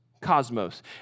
cosmos